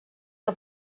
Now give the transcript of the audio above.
que